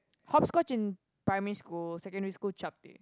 hopscotch in primary school secondary school Chapteh